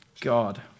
God